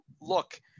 look